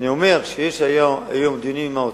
אני אומר שיש היום דיונים עם האוצר.